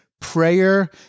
prayer